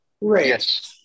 Right